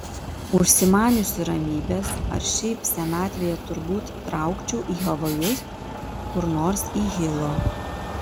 užsimaniusi ramybės ar šiaip senatvėje turbūt traukčiau į havajus kur nors į hilo